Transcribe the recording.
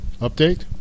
Update